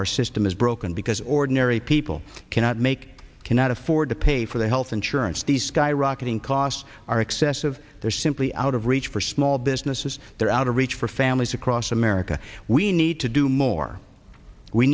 our system is broken because ordinary people cannot make cannot afford to pay for their health insurance these skyrocketing costs are excessive they're simply out of reach for small businesses they're out of reach for families across america we need to do more we